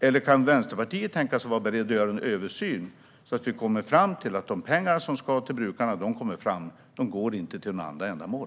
Eller kan Vänsterpartiet tänkas vara berett att göra en översyn, så att de pengar som ska gå till brukarna går till dem och inte till några andra ändamål?